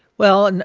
well, and